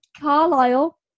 Carlisle